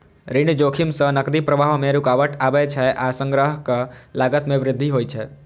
ऋण जोखिम सं नकदी प्रवाह मे रुकावट आबै छै आ संग्रहक लागत मे वृद्धि होइ छै